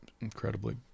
incredibly